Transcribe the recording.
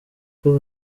kuko